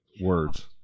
words